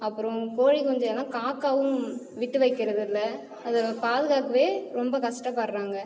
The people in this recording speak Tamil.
அப்பறம் கோழிக்குஞ்சை எல்லாம் காக்காவும் விட்டு வைக்கிறது இல்லை அது பாதுகாக்கவே ரொம்ப கஷ்டப்பட்டுறாங்க